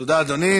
תודה, אדוני.